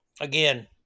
again